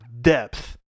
depth